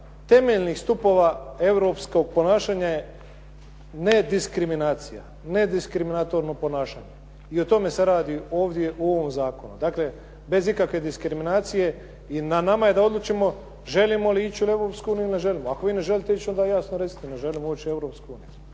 temeljnih stupova europskog ponašanja je nediskriminacija, nediskriminatorno ponašanje. I o tome se radi ovdje u ovom zakonu. Dakle, bez ikakve diskriminacije i na nama je da odlučimo želimo li ići u Europsku uniju ili ne želimo. Ako vi ne želite ići onda jasno recite ne želimo ući u Europsku uniju,